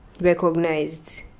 recognized